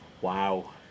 Wow